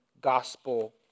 gospel